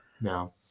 No